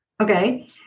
Okay